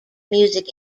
music